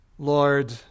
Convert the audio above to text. Lord